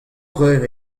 vreur